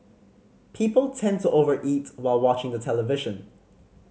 people tend to overeat while watching the television